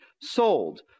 Sold